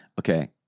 Okay